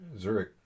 Zurich